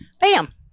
Bam